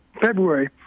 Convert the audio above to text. February